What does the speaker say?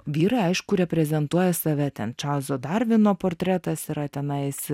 vyrai aišku reprezentuoja save ten čarlzo darvino portretas yra tenai